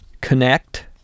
connect